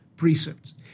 Precepts